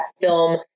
film